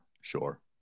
sure